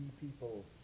people